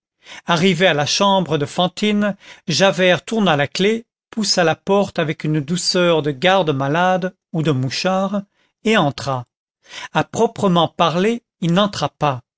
arrivé à la chambre de fantine javert tourna la clef poussa la porte avec une douceur de garde-malade ou de mouchard et entra à proprement parler il n'entra pas